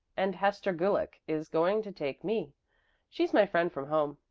and hester gulick is going to take me she's my friend from home,